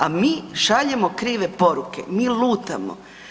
A mi šaljemo krive poruke, mi lutamo.